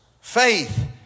Faith